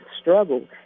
struggle